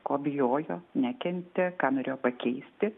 ko bijojo nekentė ką norėjo pakeisti